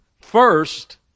first